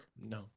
no